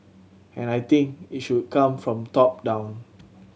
and I think it should come from top down